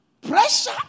Pressure